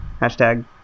hashtag